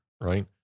right